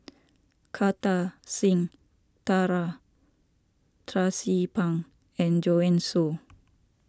Kartar Singh Thakral Tracie Pang and Joanne Soo